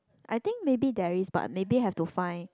I think maybe there is but maybe have to find